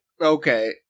Okay